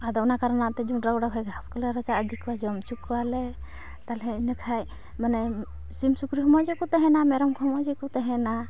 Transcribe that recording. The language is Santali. ᱟᱫᱚ ᱚᱱᱟ ᱠᱟᱨᱚᱟᱛᱮ ᱡᱚᱱᱰᱨᱟ ᱜᱚᱰᱟ ᱠᱷᱚᱡ ᱜᱷᱟᱥᱠᱚ ᱞᱮ ᱨᱟᱪᱟᱜ ᱤᱫᱤ ᱟᱠᱚᱣᱟ ᱡᱚᱢᱚᱪᱚ ᱠᱚᱣᱟᱞᱮ ᱛᱟᱞᱦᱮ ᱤᱱᱟᱹᱠᱷᱟᱡ ᱢᱟᱱᱮ ᱥᱤᱢ ᱥᱩᱠᱨᱤᱦᱚᱸ ᱢᱚᱡᱽᱜᱮ ᱠᱚ ᱛᱮᱦᱮᱱᱟ ᱢᱮᱨᱚᱢᱠᱚ ᱦᱚᱸ ᱢᱚᱡᱽᱜᱮ ᱠᱚ ᱛᱮᱦᱮᱱᱟ